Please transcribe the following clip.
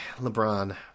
LeBron